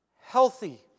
healthy